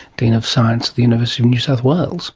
dean of science at the university of new south wales